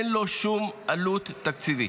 אין לו שום עלות תקציבית.